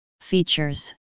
Features